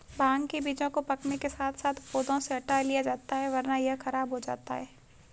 भांग के बीजों को पकने के साथ साथ पौधों से हटा लिया जाता है वरना यह खराब हो जाता है